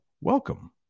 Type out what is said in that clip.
welcome